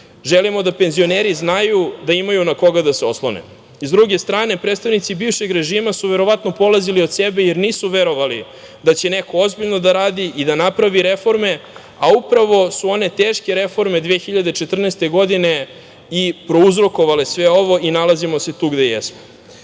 Želimo da penzioneri znaju da imaju na koga da se oslone.S druge strane, predstavnici bivšeg režima su verovatno polazili od sebe, jer nisu verovali da će neko ozbiljno da radi i da napravi reforme, a upravo su one teške reforme 2014. godine i prouzrokovale sve ovo i nalazimo se tu gde